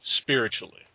spiritually